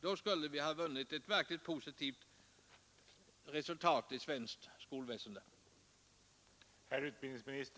då har vi vunnit ett verkligt positivt resultat i svenskt skolväsende.